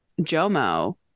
Jomo